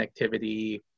connectivity